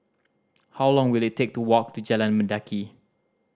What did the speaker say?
how long will it take to walk to Jalan Mendaki